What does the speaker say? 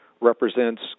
represents